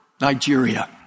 Nigeria